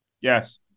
Yes